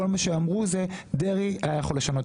כל מה שאמרו זה שדרעי היה יכול לשנות